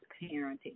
parenting